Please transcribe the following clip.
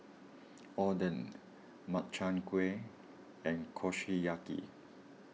Oden Makchang Gui and Kushiyaki